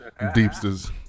deepsters